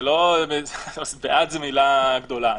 בעד זו מילה גדולה.